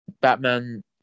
Batman